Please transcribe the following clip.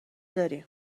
داریم